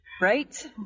right